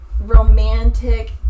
romantic